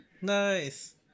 Nice